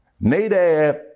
Nadab